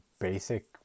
basic